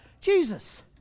Jesus